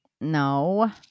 No